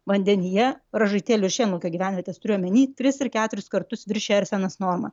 vandenyje ražaitėlių šienlaukio gyvenvietės turiu omeny tris ir keturis kartus viršija arsenas normą